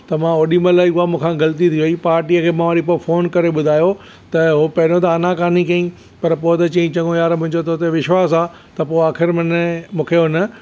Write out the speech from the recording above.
त मां ओॾी महिल ई मूंखा ग़लती थी वेई पार्टीअ खे मां वरी पोइ फ़ोन करे ॿुधायो त हू पहिरियों त आना कानी कई पर पोइ त चईं चंङो यार मुंहिंजो तो ते त विश्वास आहे त पोइ आख़िरि माना मूंखे हुन